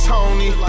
Tony